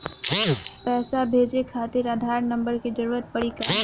पैसे भेजे खातिर आधार नंबर के जरूरत पड़ी का?